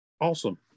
Awesome